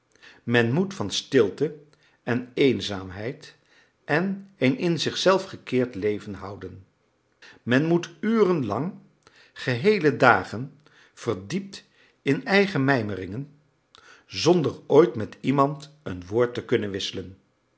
men moet van stilte en eenzaamheid en een in zich zelf gekeerd leven houden men moet urenlang geheele dagen verdiept in eigen mijmeringen zonder ooit met iemand een woord te kunnen wisselen